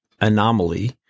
anomaly